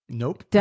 nope